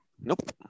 Nope